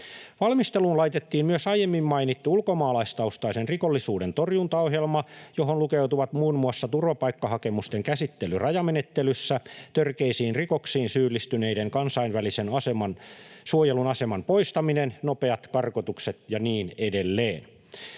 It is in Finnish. Valmisteluun laitettiin myös aiemmin mainittu ulkomaalaistaustaisen rikollisuuden torjuntaohjelma, johon lukeutuvat muun muassa turvapaikkahakemusten käsittely rajamenettelyssä, törkeisiin rikoksiin syyllistyneiden kansainvälisen suojelun aseman poistaminen, nopeat karkotukset ja niin edelleen.